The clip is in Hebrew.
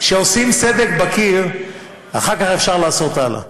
כשעושים סדק בקיר, אחר כך אפשר לעשות הלאה.